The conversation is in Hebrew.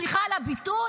סליחה על הביטוי,